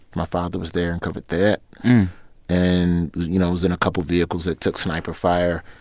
my father was there and covered that and, you know, was in a couple vehicles that took sniper fire.